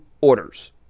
orders